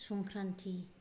Sankranti